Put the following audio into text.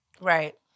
Right